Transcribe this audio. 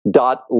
dot